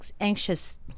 anxious